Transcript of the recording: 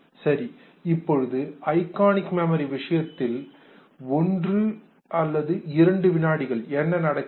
சரி இப்பொழுது iconic memory விஷயத்தில் 1 2 வினாடிகள் என்ன நடக்கிறது